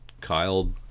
Kyle